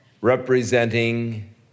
Representing